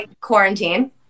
quarantine